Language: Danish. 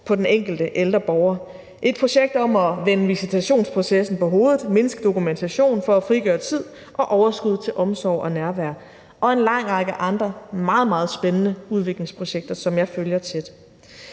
på den enkelte ældre borger. Der er et projekt om at vende visitationsprocessen på hovedet og mindske kravet om dokumentation for at frigøre tid og overskud til omsorg og nærvær. Og der er en lang række andre meget, meget spændende udviklingsprojekter, som jeg følger tæt.